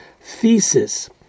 thesis